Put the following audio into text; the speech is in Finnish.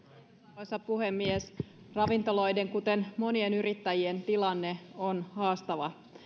arvoisa puhemies ravintoloiden kuten monien yrittäjien tilanne on haastava